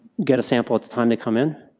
get a sample at the time they come in?